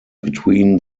between